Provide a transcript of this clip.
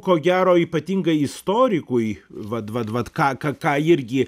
ko gero ypatingai istorikui vat vat vat ką ką irgi